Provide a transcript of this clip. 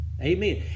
Amen